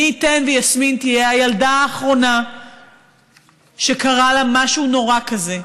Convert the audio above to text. מי ייתן ויסמין תהיה הילדה האחרונה שקרה לה משהו נורא כזה,